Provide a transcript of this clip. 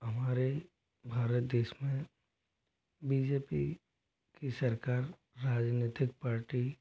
हमारे ही भारत देश में बी जे पी की सरकार राजनीतिक पार्टी